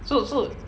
so so